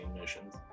missions